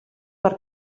per